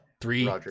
Three